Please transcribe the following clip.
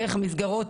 דרך מסגרות